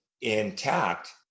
intact